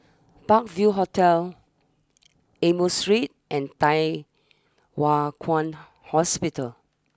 Park view Hotel Amoy Street and Thye Hua Kwan Hospital